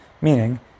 Meaning